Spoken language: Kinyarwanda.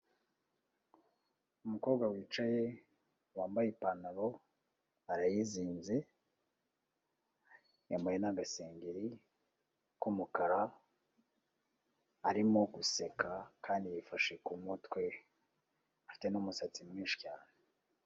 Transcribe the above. Umukobwa wicaye, wambaye ipantaro, arayizinze, yambaye n'agasengeri k'umukara, arimo guseka kandi yifashe ku mutwe, afite n'umusatsi mwinshi cyane.